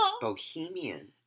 Bohemian